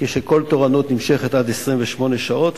כשכל תורנות נמשכת עד 28 שעות,